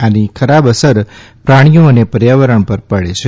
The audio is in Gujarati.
આની ખરાબ અસર પ્રાણીઓ અનેપર્યાવરણ પર પડે છે